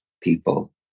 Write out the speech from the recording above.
people